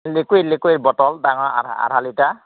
liquid liquid bottle ডাঙৰ আধা আধা লিটাৰ